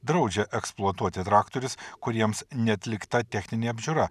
draudžia eksploatuoti traktorius kuriems neatlikta techninė apžiūra